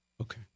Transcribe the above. Okay